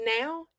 Now